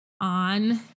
on